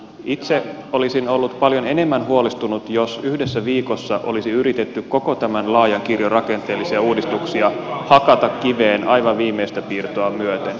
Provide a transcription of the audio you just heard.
itse olisin ollut paljon enemmän huolestunut jos yhdessä viikossa olisi yritetty koko tämä laaja kirjo rakenteellisia uudistuksia hakata kiveen aivan viimeistä piirtoa myöten